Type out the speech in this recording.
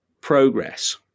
progress